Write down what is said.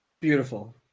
Beautiful